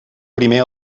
primer